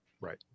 Right